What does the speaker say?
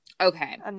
okay